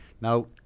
Now